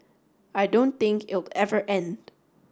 I don't think it'll ever end